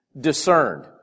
discerned